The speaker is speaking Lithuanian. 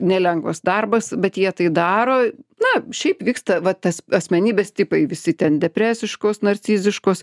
nelengvas darbas bet jie tai daro na šiaip vyksta va tas asmenybės tipai visi ten depresiškos narciziškos